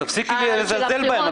אז תפסיקי לזלזל בהם.